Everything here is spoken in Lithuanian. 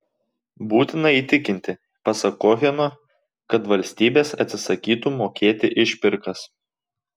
būtina įtikinti pasak koheno kad valstybės atsisakytų mokėti išpirkas